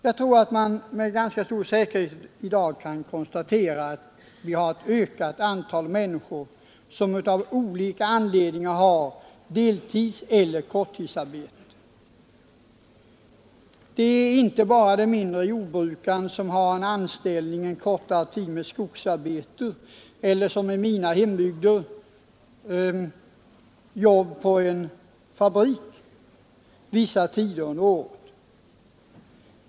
Man kan i dag med ganska stor säkerhet konstatera att ett ökat antal människor av olika anledningar har deltidseller korttidsarbete. Det kan vara den mindre jordbrukaren, som har anställning en kortare tid med skogsarbete eller, som i mina hembygder, med fabriksarbete vissa tider av året.